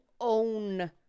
own